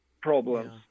problems